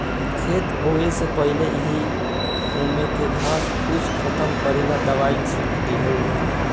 खेत बोवे से पहिले ही ओमे के घास फूस खतम करेला दवाई छिट दिहल जाइ